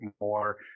more